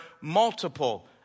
multiple